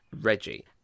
Reggie